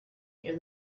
near